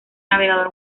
navegador